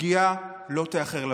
הפגיעה לא תאחר לבוא.